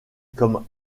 comme